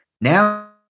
Now